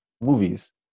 movies